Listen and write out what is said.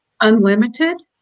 unlimited